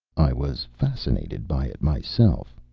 i was fascinated by it myself.